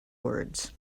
words